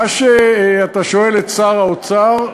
מה שאתה שואל את שר האוצר,